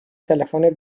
تلفن